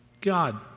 God